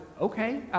okay